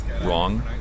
wrong